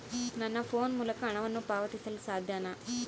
ನನ್ನ ಫೋನ್ ಮೂಲಕ ಹಣವನ್ನು ಪಾವತಿಸಲು ಸಾಧ್ಯನಾ?